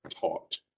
taught